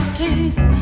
teeth